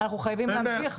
אנחנו חייבים להמשיך.